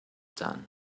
done